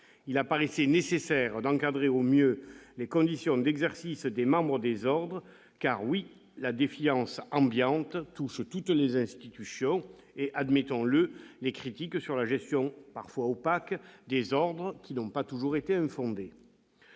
il apparaissait nécessaire d'encadrer au mieux les conditions d'exercice des membres de ces ordres. Oui, mes chers collègues, la défiance ambiante touche toutes les institutions et, admettons-le, les critiques sur la gestion parfois opaque des ordres n'ont pas toujours été infondées.